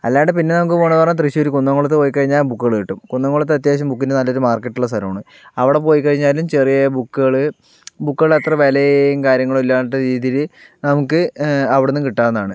അല്ലാണ്ട് പിന്നെ നമുക്ക് പോണത് പറഞ്ഞു കഴിഞ്ഞാൽ തൃശ്ശൂർ കുന്നംകുളത്ത് പോയി കഴിഞ്ഞാൽ ബുക്കുകൾ കിട്ടും കുന്നംകുളത്ത് അത്യാവശ്യം ബുക്കിൻ്റെ നല്ലൊരു മാർക്കറ്റ് ഉള്ള സ്ഥലമാണ് അവിടെ പോയി കഴിഞ്ഞാലും ചെറിയ ബുക്കുകൾ ബുക്കുകൾ അത്ര വിലയും കാര്യങ്ങളും ഇല്ലാത്ത രീതിയിൽ നമുക്ക് അവിടെനിന്ന് കിട്ടാവുന്നതാണ്